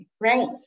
right